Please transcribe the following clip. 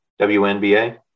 WNBA